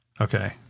Okay